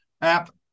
app